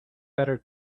better